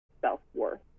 self-worth